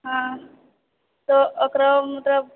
हँ तऽ ओकरो मतलब